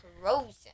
corrosion